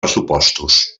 pressupostos